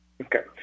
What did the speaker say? Okay